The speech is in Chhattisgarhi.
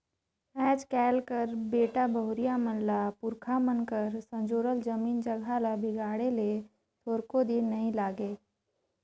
आएज काएल कर बेटा बहुरिया मन ल पुरखा मन कर संजोरल जमीन जगहा ल बिगाड़े ले थोरको दिन नी लागे